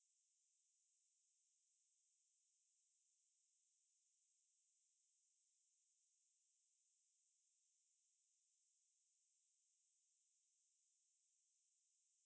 எனக்கு மின்னஞ்சல் வந்துது:enakku minnanjal vanthuthu so I usually get err a new york times email everyday so ya I was err reading this article they said err the world could go extinct in like